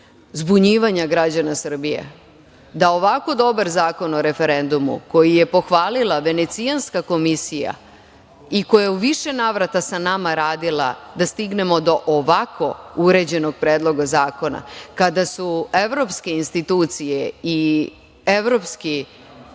zbunjivanja građana Srbije, da ovako dobar Zakon o referendumu, koji je pohvalila Venecijanska komisija i koja je u više navrata sa nama radila da stignemo do ovako uređenog predloga zakona, kada su evropske institucije i evropski